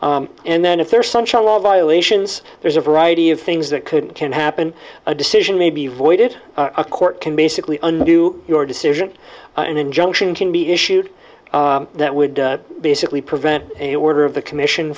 item and then if there's sunshine law violations there's a variety of things that could can happen a decision may be voided a court can basically undo your decision an injunction can be issued that would basically prevent a order of the commission